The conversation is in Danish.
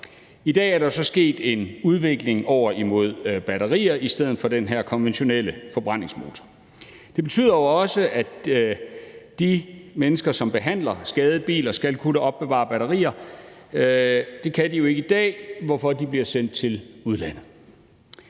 I dag er der så sket en udvikling over imod batterier i stedet for den her konventionelle forbrændingsmotor. Det betyder også, at de mennesker, som behandler skadede biler, skal kunne opbevare batterier, og det kan de ikke i dag, hvorfor de bliver sendt til udlandet.